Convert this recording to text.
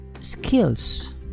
skills